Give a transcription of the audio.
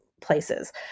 places